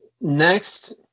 Next